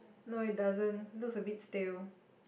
no it doesn't looks a bit stale